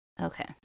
Okay